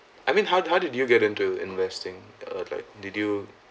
I mean how how did you get into investing uh like did you